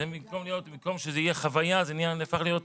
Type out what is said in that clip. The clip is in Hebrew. במקום שזה יהיה חוויה זה נהפך להיות ---.